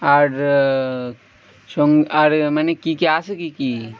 আর স আর মানে কী কে আছেে কি কী